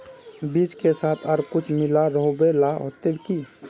बीज के साथ आर कुछ मिला रोहबे ला होते की?